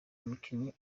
umukinnyi